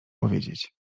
powiedzieć